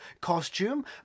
costume